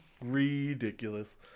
Ridiculous